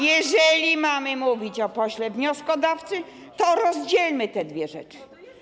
Jeżeli mamy mówić o pośle wnioskodawcy, to rozdzielmy te dwie rzeczy.